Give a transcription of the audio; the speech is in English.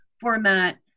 format